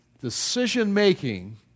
Decision-making